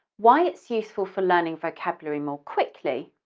why it's useful for learning vocabulary more quickly,